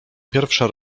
pierwsza